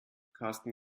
karsten